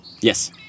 Yes